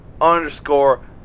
underscore